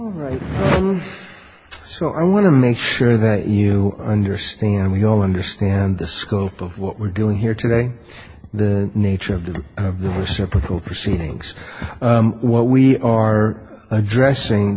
right so i want to make sure that you understand we all understand the scope of what we're doing here today the nature of the of the her supreme court proceedings what we are addressing